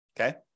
Okay